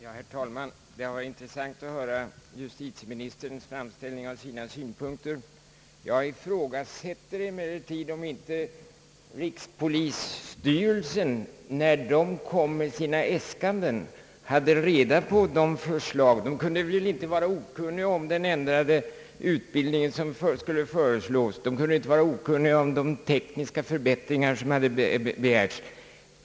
Herr talman! Det var intressant att höra justitieministerns framställning av sina synpunkter. Jag ifrågasätter emellertid, om inte rikspolisstyrelsen, när den kom med sina äskanden, hade reda på de ändringar som skulle föreslås i fråga om utbildningen. Inte heller kunde väl styrelsen vara okunnig om de tekniska förbättringar som hade begärts.